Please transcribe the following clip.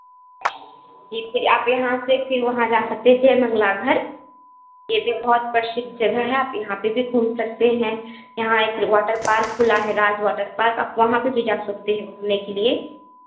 जी फिर आप यहाँ से फिर वहाँ जा सकते हैं जयमंगला घर यह भी बहुत प्रसिद्ध जगह है आप यहाँ पर भी घूम सकते हैं यहाँ एक वाटर पार्क खुला है राज वाटर पार्क आप वहाँ पर भी जा सकते हैं घूमने के लिए